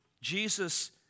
Jesus